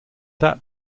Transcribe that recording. that